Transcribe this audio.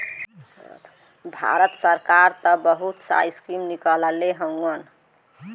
भारत सरकार त बहुत सा स्कीम निकलले हउवन